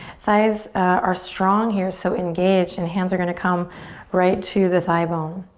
thighs are strong here so engage and hands are gonna come right to the thigh bone.